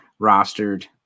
rostered